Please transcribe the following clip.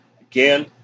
again